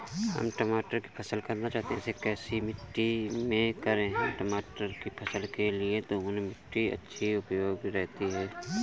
हम टमाटर की फसल करना चाहते हैं इसे कैसी मिट्टी में करें?